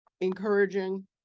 encouraging